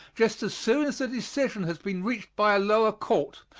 just as soon as a decision has been reached by a lower court,